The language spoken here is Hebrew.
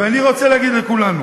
ואני רוצה להגיד לכולנו: